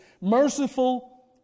merciful